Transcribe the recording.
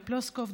טלי פלוסקוב,